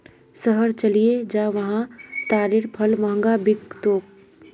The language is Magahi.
शहर चलइ जा वहा तारेर फल महंगा बिक तोक